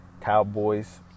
cowboys